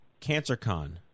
CancerCon